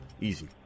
Easy